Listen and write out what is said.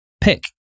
pick